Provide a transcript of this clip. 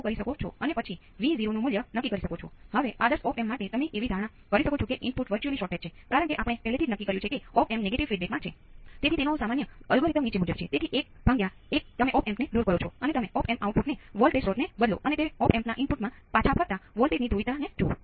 ચાલો આપણે એવું માનીએ કે ત્યાં કેપેસિટર વોલ્ટેજ શોધી શકશો